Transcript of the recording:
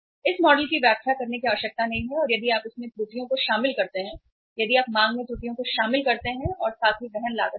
इस मॉडल की व्याख्या करने की आवश्यकता नहीं है और यदि आप इसमें त्रुटियों को शामिल करते हैं यदि आप मांग में त्रुटियों को शामिल करते हैं और साथ ही वहन लागत में भी